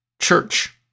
church